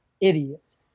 idiot